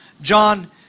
John